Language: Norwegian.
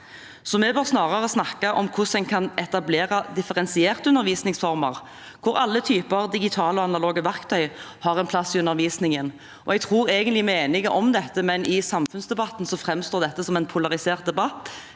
Vi bør snarere snakke om hvordan man kan etablere differensierte undervisningsformer, hvor alle typer digitale og analoge verktøy har en plass i undervisningen. Jeg tror egentlig vi er enige om dette, men i samfunnsdebatten framstår dette som en polarisert debatt,